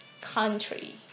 country